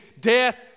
death